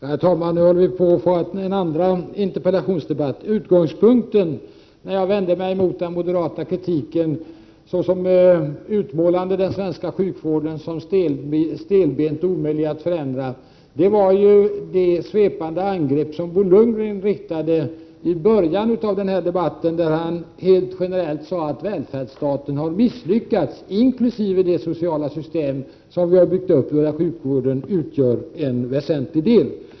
Herr talman! Vi håller på att få en andra interpellationsdebatt. Utgångspunkten, när jag vände mig mot att den moderata kritiken utmålade den svenska sjukvården såsom stelbent och omöjlig att förändra, var det svepande angrepp som Bo Lundgren gjorde i början av den här debatten, då han helt generellt sade att välfärdsstaten har misslyckats inkl. det sociala system som vi har byggt upp och där sjukvården utgör en väsentlig del.